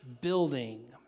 building